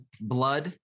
blood